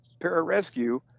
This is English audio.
pararescue